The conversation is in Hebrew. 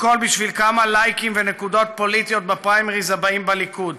הכול בשביל כמה לייקים ונקודות פוליטיות בפריימריז הבאים בליכוד.